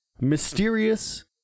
mysterious